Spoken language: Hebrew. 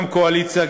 גם הקואליציה,